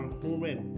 human